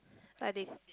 like they